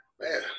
Man